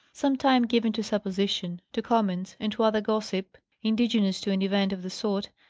some time given to supposition, to comments, and to other gossip, indigenous to an event of the sort,